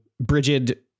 Bridget